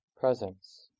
Presence